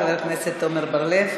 תודה רבה לחבר הכנסת עמר בר-לב.